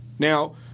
Now